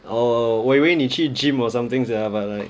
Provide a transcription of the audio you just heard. oh 我以为你去 gym or something sia but like